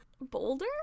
boulder